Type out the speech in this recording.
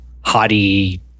haughty